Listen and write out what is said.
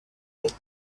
nuit